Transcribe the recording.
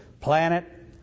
planet